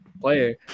Player